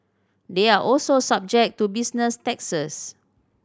they are also subject to business taxes